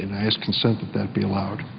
and i ask consent that that be